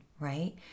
right